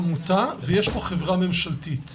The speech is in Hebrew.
יש עמותה ויש חברה ממשלתית.